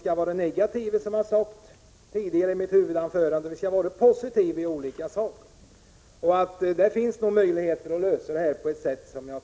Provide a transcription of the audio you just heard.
Som jag sagt i mitt huvudanförande tycker jag inte att vi skall vara negativa, utan positiva i dessa sammanhang. Det finns nog möjligheter att lösa den här frågan på ett bra sätt.